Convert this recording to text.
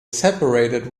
separated